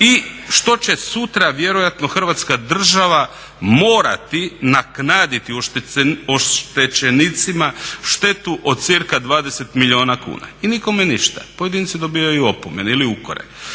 i što će sutra vjerojatno Hrvatska država morati nadoknaditi oštećenicima štetu od cirka 20 milijuna kuna i nikome ništa, pojedinci dobivaju opomene ili ukore.